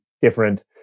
different